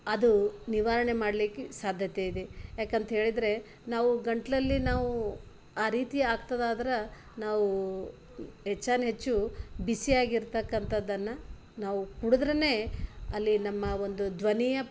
ಅದು ನಿವಾರಣೆ ಮಾಡ್ಲಿಕ್ಕೆ ಸಾಧ್ಯತೆ ಇದೆ ಯಾಕಂತಹೇಳಿದ್ರೆ ನಾವು ಗಂಟಲಲ್ಲಿ ನಾವು ಆ ರೀತಿ ಆಗ್ತದಾದ್ರೆ ನಾವೂ ಹೆಚ್ಚಾನ್ ಹೆಚ್ಚು ಬಿಸಿಯಾಗಿರ್ತಕಂಥದನ್ನ ನಾವು ಕುಡಿದ್ರೆ ಅಲ್ಲಿ ನಮ್ಮ ಒಂದು ಧ್ವನಿಯ